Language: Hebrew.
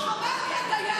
טלי.